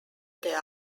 there